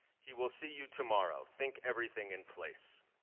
he will see you tomorrow, think everything in place.